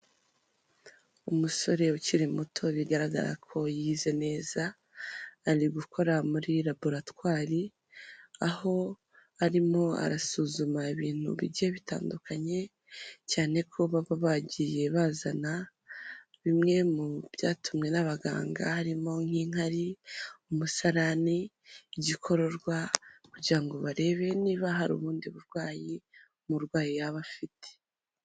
Umusore ukiri muto bigaragara ko yize neza, ari gukora muri laboratwari, aho arimo arasuzuma ibintu bijye bitandukanye, cyane ko baba bagiye bazana bimwe mu byatumwe n'abaganga, harimo nk'inkari, umusarane, igikororwa, kugira ngo barebe niba hari ubundi burwayi umurwayi yaba afite.